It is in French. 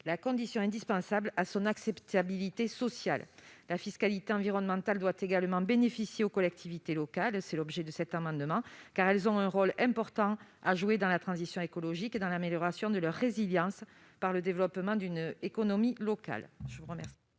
la condition indispensable de son acceptabilité sociale. La fiscalité environnementale doit également bénéficier aux collectivités- c'est l'objet de cet amendement -, car elles ont un grand rôle à jouer dans la transition écologique et dans l'amélioration de la résilience des territoires, par le développement d'une économie locale.